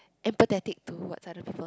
am pathetic towards other people